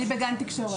אני בגן תקשורת.